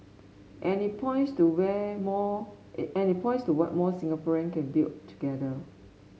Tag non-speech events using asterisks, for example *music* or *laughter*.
and it points to where more *unintelligible* and it points to what more Singaporean can build together